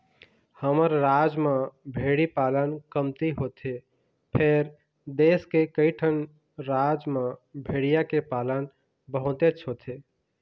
हमर राज म भेड़ी पालन कमती होथे फेर देश के कइठन राज म भेड़िया के पालन बहुतेच होथे